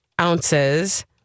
ounces